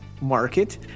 market